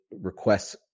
requests